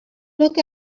look